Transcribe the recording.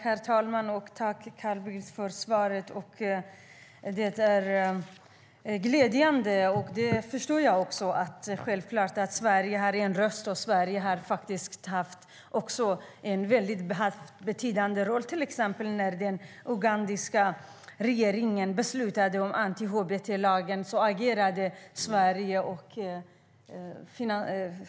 Herr talman! Jag tackar Carl Bildt för svaret. Det är glädjande, och jag förstår - det är självklart - att Sverige har en röst och att Sverige har spelat en betydande roll. Till exempel när den ugandiska regeringen beslutade om anti-hbt-lagen agerade Sverige.